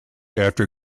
after